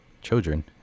children